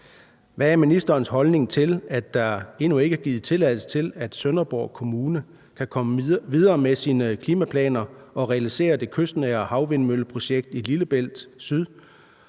Hvad er ministerens holdning til, at der endnu ikke er givet tilladelse til, at Sønderborg Kommune kan komme videre med sine klimaplaner og realisere det kystnære havvindmølleprojekt Lillebælt Syd